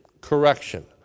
correction